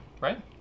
right